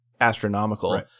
astronomical